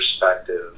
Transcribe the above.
perspective